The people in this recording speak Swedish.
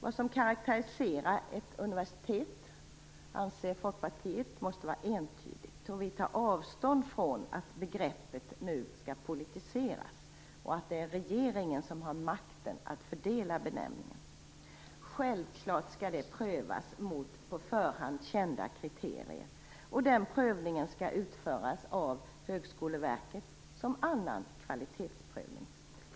Vad som karakteriserar ett universitet anser Folkpartiet måste var entydigt, då vi tar avstånd från att begreppet nu skall politiseras och att det är regeringen som har makten att fördela benämningar. Självklart skall det prövas mot på förhand kända kriterier. Den prövningen skall utföras av Högskoleverket som annan kvalitetsprövning.